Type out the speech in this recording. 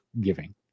giving